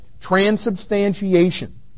transubstantiation